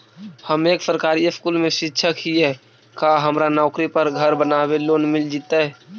हम एक सरकारी स्कूल में शिक्षक हियै का हमरा नौकरी पर घर बनाबे लोन मिल जितै?